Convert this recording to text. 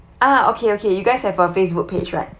ah okay okay you guys have a facebook page right